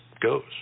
goes